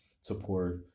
support